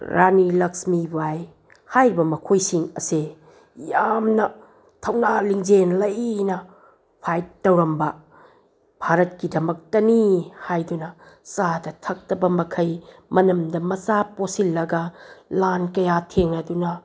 ꯔꯥꯅꯤ ꯂꯛꯁꯃꯤ ꯕꯥꯏ ꯍꯥꯏꯔꯤꯕ ꯃꯈꯣꯏꯁꯤꯡ ꯑꯁꯦ ꯌꯥꯝꯅ ꯊꯧꯅꯥ ꯂꯤꯡꯖꯦꯜ ꯂꯩꯅ ꯐꯥꯏꯠ ꯇꯧꯔꯝꯕ ꯚꯥꯔꯠꯀꯤꯗꯃꯛꯇꯅꯤ ꯍꯥꯏꯗꯨꯅ ꯆꯥꯗ ꯊꯛꯇꯕ ꯃꯈꯩ ꯃꯅꯝꯗ ꯃꯆꯥ ꯄꯣꯁꯤꯜꯂꯒ ꯂꯥꯟ ꯀꯌꯥ ꯊꯦꯡꯅꯗꯨꯅ